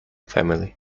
family